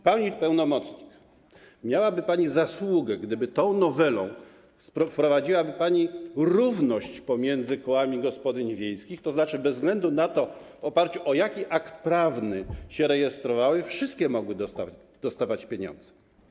Pani pełnomocnik, miałaby pani zasługę, gdyby tą nowelą wprowadziła pani równość pomiędzy kołami gospodyń wiejskich, tzn. bez względu na to, w oparciu o jaki akt prawny się zarejestrowały, wszystkie mogłyby dostawać pieniądze.